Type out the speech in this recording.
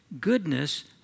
goodness